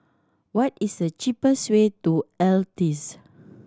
what is the cheapest way to Altez